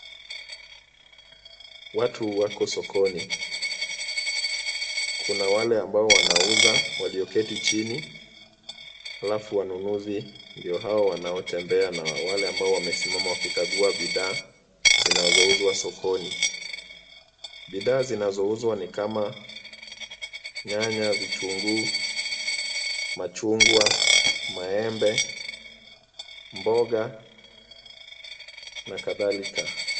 Watu wako sokoni, Kuna wale ambao wanauza walioketi chini, alafu wanunuzi ndio hao wanaotembea na wale ambao wamesimama wakikagua bidhaa zinazouzwa sokoni. Bidhaa zinazouzwa ni kama nyanya, vitunguu, machungwa, maembe, mboga na kadhalika.